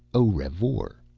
o revoor,